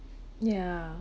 yeah